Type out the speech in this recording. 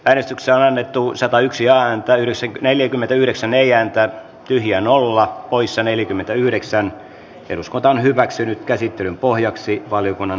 äänestyksen laine tuul satayksi ääntä ylsi neljäkymmentäyhdeksän ei jää mitään pyhiä nolla poissa neljäkymmentäyhdeksän eduskunta on hyväksynyt käsittelyn pohjaksi hyväksyttiin